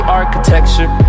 architecture